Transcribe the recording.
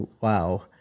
wow